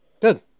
Good